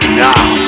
now